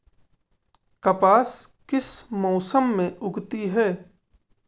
कपास किस मौसम में उगती है?